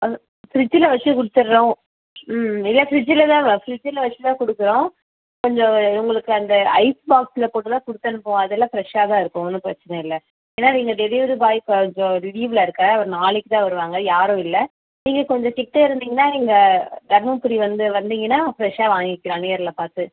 அது ஃபிரிட்ஜில் வச்சு கொடுத்துர்றோம் இல்லை ஃபிரிட்ஜில்தான் ஃப்ரிட்ஜில் வச்சுதான் கொடுக்குறோம் கொஞ்சம் இவங்களுக்கு அந்த ஐஸ் பாக்ஸில் போட்டுதான் கொடுத்தனுப்புவோம் அதெல்லாம் ஃப்ரஷாகதான் இருக்கும் ஒன்றும் பிரச்சினை இல்லை ஏனால் நீங்கள் டெலிவரி பாய் கொஞ்சம் லீவில் இருக்கார் அவர் நாளைக்குத்தான் வருவாங்க யாரும் இல்லை நீங்கள் கொஞ்சம் கிட்ட இருந்திங்கனால் தர்மபுரி வந்து வந்திங்கனால் ஃபிரஷாக வாங்கிக்கலாம் நேரில் பார்த்து